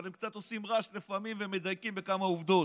אבל הם עושים קצת רעש ולפעמים מדייקים בכמה עובדות.